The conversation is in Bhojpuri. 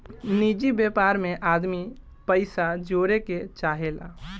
निजि व्यापार मे आदमी पइसा जोड़े के चाहेला